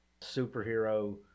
superhero